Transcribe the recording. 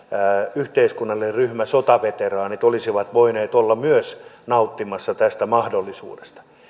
yhteiskunnallinen ryhmä eli sotaveteraanit olisi voinut olla myös nauttimassa tästä mahdollisuudesta